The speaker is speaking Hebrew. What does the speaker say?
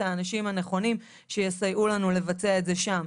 האנשים הנכונים שיסייעו לנו לבצע את זה שם.